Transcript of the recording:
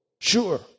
Sure